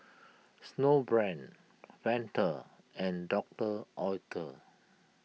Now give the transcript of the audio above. Snowbrand Fanta and Doctor Oetker